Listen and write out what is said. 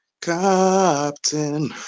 Captain